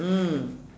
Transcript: mm